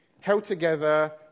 held-together